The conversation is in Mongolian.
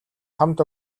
хамт